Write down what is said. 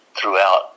throughout